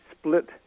split